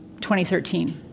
2013